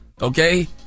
Okay